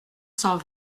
cent